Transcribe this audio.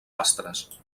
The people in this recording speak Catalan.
astres